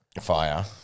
Fire